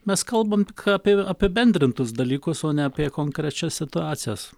mes kalbam apie apibendrintus dalykus o ne apie konkrečias situacijas